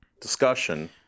discussion